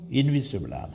invisible